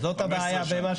זו הבעיה.